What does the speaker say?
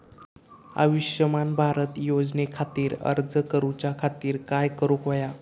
आयुष्यमान भारत योजने खातिर अर्ज करूच्या खातिर काय करुक होया?